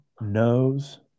knows